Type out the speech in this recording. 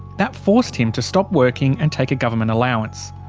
that forced him to stop working and take a government allowance.